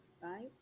right